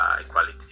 equality